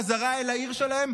חזרה אל העיר שלהם?